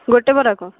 ଗୋଟେ ବରାକୁ